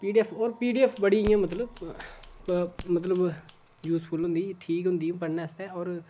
पी D F होर P D F बड़ी इ'यां मतलब प मतलब यूसफुल होंदी ठीक होंदी पढ़ने आस्तै होर